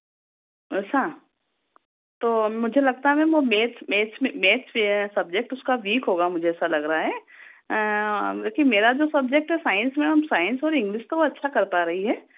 ऐसा तो मुझे लगता है मैम वह मैथ मैथ्स में मैथ से है सब्जेक्ट उसका वीक होगा मुझे ऐसा लग रहा है लेकिन मेरा जो सब्जेक्ट है साइंस में हम साइंस और इंग्लिश तो वह अच्छा कर पा रही हैं